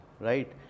right